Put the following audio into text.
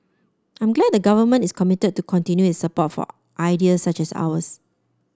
I'm glad the Government is committed to continue its support for ideas such as ours